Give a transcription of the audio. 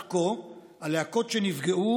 לשאלה על האפקט, עד כה הלהקות שנפגעו